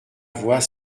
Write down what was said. voix